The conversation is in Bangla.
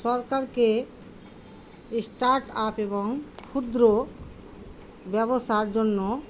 সরকারকে স্টার্ট আপ এবং ক্ষুদ্র ব্যবসার জন্য